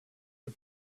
the